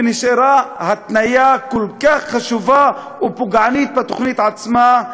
ונשארה התניה כל כך חשובה ופוגענית בתוכנית עצמה,